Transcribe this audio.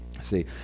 See